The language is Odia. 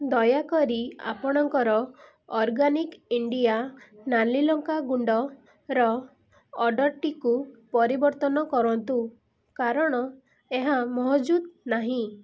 ଦୟାକରି ଆପଣଙ୍କର ଅର୍ଗାନିକ ଇଣ୍ଡିଆ ନାଲି ଲଙ୍କା ଗୁଣ୍ଡର ଅର୍ଡ଼ର୍ଟିକୁ ପରିବର୍ତ୍ତନ କରନ୍ତୁ କାରଣ ଏହା ମହଜୁଦ ନାହିଁ